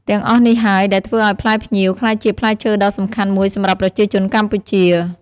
ទាំងអស់នេះហើយដែលធ្វើឱ្យផ្លែផ្ញៀវក្លាយជាផ្លែឈើដ៏សំខាន់មួយសម្រាប់ប្រជាជនកម្ពុជា។